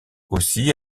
aussi